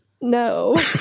No